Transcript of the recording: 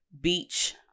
beach